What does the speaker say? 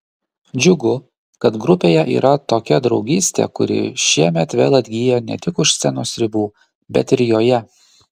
džiugu kad grupėje yra tokia draugystė kuri šiemet vėl atgyja ne tik už scenos ribų bet ir joje